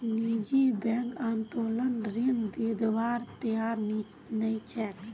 निजी बैंक उत्तोलन ऋण दिबार तैयार नइ छेक